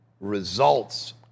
results